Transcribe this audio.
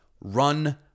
run